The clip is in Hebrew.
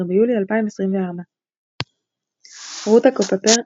13 ביולי 2024 רותה קופפר,